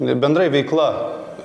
bendrai veikla